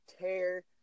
tear